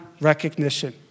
recognition